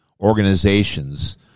organizations